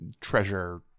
treasure